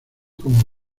como